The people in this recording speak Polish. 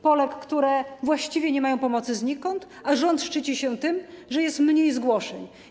Polek, które właściwie nie mają znikąd pomocy, a rząd szczyci się tym, że jest mniej zgłoszeń.